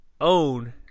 own